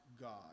God